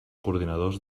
coordinadors